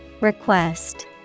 request